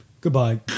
Goodbye